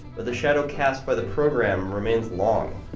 but the shadow cast by the program remains long.